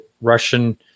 russian